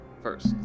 First